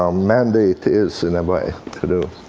um mandate is, in a way, to do.